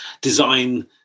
design